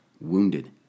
wounded